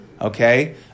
Okay